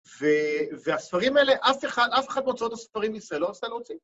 והספרים האלה, אף אחד, אף אחד בהוצאות הספרים בישראל, לא רוצה להוציא?